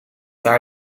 daar